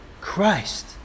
Christ